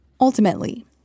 Ultimately